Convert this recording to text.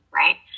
right